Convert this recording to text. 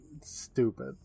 stupid